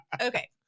Okay